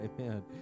amen